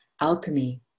alchemy